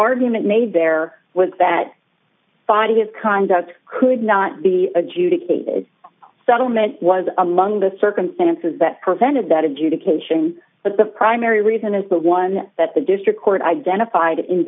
argument made there was that body of conduct could not be adjudicated settlement was among the circumstances that prevented that adjudication but the primary reason is the one that the district court identified in